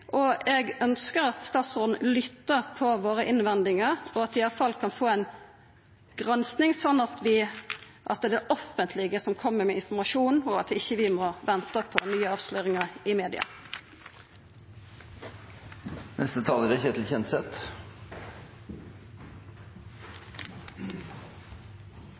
og eg ønskjer at statsråden lyttar til våre innvendingar, og at vi iallfall kan få ei gransking sånn at det er det offentlege som kjem med informasjonen, og at ikkje vi må venta på nye avsløringar i media. Ja, det er